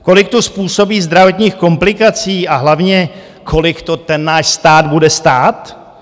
Kolik to způsobí zdravotních komplikací a hlavně kolik to ten náš stát bude stát?